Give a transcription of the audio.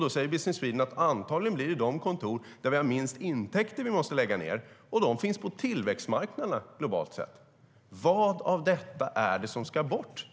Då säger Business Sweden att det antagligen blir de kontor där de har minst intäkter som måste läggas ned, och de finns på tillväxtmarknaderna, globalt sett. Vad av detta är det som ska bort?